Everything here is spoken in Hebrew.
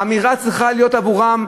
האמירה צריכה להיות ברורה עבורם,